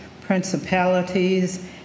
principalities